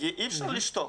כי אי אפשר לשתוק.